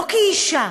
לא כאישה,